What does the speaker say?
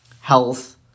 health